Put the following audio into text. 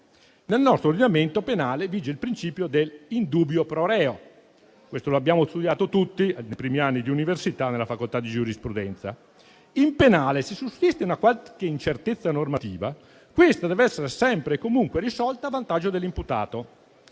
Nel nostro ordinamento penale vige il principio dell'*in dubio pro reo,* come abbiamo studiato tutti nei primi anni di università alla facoltà di giurisprudenza. In penale, se sussiste qualche incertezza normativa, questa deve essere sempre e comunque risolta a vantaggio dell'imputato.